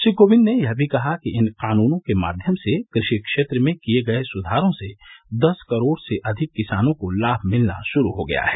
श्री कोविंद ने यह भी कहा कि इन कानूनों के माध्यम से कृषि क्षेत्र में किए गए सुधारों से दस करोड़ से अधिक किसानों को लाभ मिलना शुरू हो गया है